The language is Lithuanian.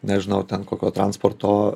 nežinau ten kokio transporto